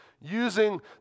using